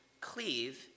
cleave